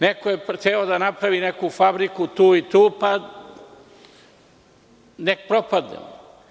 Neko je hteo da napravi neku fabriku tu i tu, pa nek propadnemo.